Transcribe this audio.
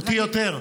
אותי יותר.